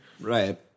Right